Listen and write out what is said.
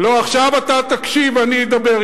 עכשיו אתה תקשיב, אני אדבר.